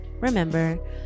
remember